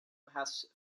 has